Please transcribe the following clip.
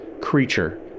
creature